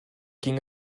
ging